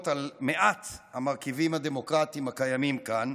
על מעט המרכיבים הדמוקרטיים הקיימים כאן,